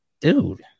Dude